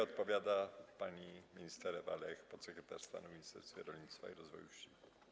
Odpowiada pani minister Ewa Lech, podsekretarz stanu w Ministerstwie Rolnictwa i Rozwoju Wsi.